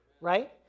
right